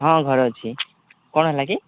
ହଁ ଘରେ ଅଛି କ'ଣ ହେଲା କି